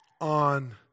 on